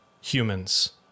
humans